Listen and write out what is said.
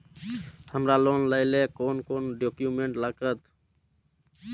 हमरा लोन लाइले कोन कोन डॉक्यूमेंट लागत?